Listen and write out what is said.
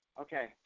Okay